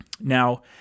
Now